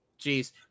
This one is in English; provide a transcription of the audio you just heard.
Jeez